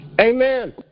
Amen